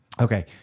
Okay